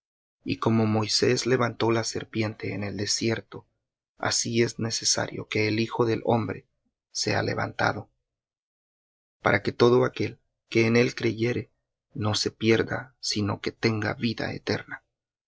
y como moisés levantó la serpiente en el desierto así es necesario que el hijo del hombre sea levantado para que todo aquel que en él creyere no se pierda sino que tenga vida eterna